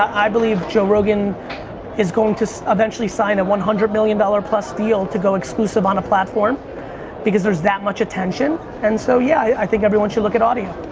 i believe joe rogan is going to eventually sign a one hundred million dollars plus deal to go exclusive on a platform because there's that much attention, and so yeah, i think everyone should look at audio.